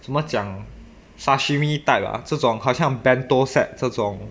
怎么讲 sashimi type ah 这种好像 bento set 这种